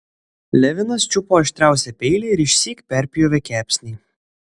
levinas čiupo aštriausią peilį ir išsyk perpjovė kepsnį